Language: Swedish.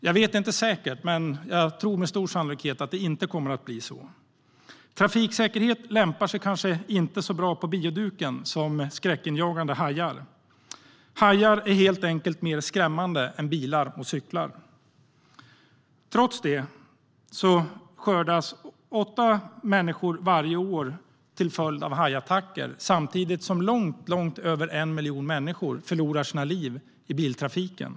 Jag vet inte säkert, men jag tror att sannolikheten är stor för att det inte blir så. Trafiksäkerhet lämpar sig kanske inte så bra på bioduken som skräckinjagande hajar. Hajar är helt enkelt mer skrämmande än bilar och cyklar. Trots det skördas åtta människoliv varje år till följd av hajattacker samtidigt som långt över 1 miljon människor förlorar sina liv i biltrafiken.